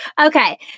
Okay